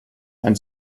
ein